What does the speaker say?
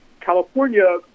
California